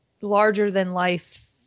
larger-than-life